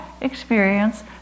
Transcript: experience